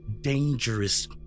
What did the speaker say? dangerous